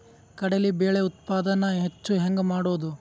ಕಡಲಿ ಬೇಳೆ ಉತ್ಪಾದನ ಹೆಚ್ಚು ಹೆಂಗ ಮಾಡೊದು?